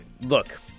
look